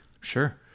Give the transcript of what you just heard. Sure